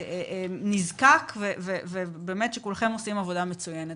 הכי נזקק, ובאמת שכולכם עושים עבודה מצוינת.